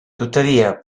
tuttavia